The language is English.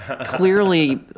clearly